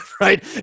right